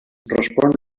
respon